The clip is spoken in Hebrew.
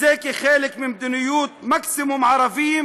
ובעיקר ההצעה הזו